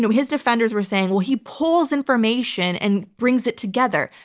his defenders were saying, well, he pulls information and brings it together.